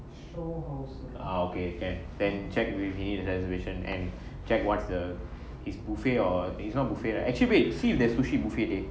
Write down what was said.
ah okay can then check with me the reservation and check what's the is buffet or it's not buffet lah actually wait to see if there's sushi buffet